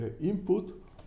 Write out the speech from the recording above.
input